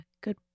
good